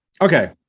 okay